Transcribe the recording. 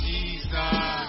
Jesus